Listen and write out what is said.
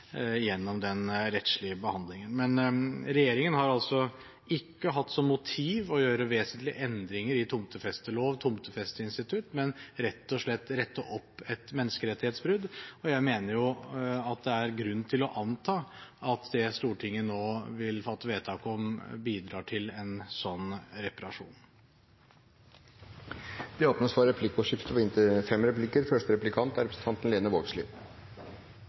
gjennom den rettslige behandlingen. Men regjeringen har altså ikke hatt som motiv å gjøre vesentlige endringer i tomtefestelov og tomtefesteinstitutt, men rett og slett å rette opp et menneskerettighetsbrudd, og jeg mener at det er grunn til å anta at det Stortinget nå vil fatte vedtak om, bidrar til en sånn reparasjon. Det åpnes for replikkordskifte. Både saksordføraren – nei, det er meg, det. Eg heldt på